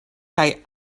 kaj